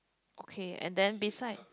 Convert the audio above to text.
okay and then beside